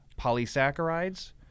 polysaccharides